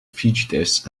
fugitives